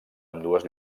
ambdues